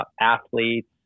athletes